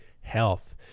health